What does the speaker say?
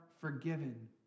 forgiven